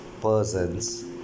persons